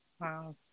wow